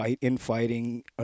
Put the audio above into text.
infighting